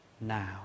now